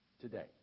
today